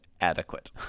adequate